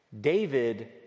David